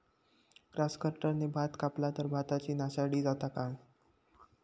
Grass कटराने भात कपला तर भाताची नाशादी जाता काय?